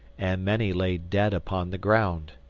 and many lay dead upon the ground.